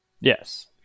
Yes